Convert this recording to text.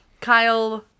kyle